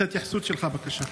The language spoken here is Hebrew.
את ההתייחסות שלך, בבקשה.